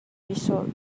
result